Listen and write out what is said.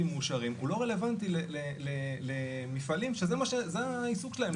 מאושרים הוא לא רלוונטי למפעלים שזה העיסוק שלהם,